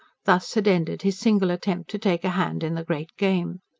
thus had ended his single attempt to take a hand in the great game.